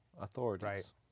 authorities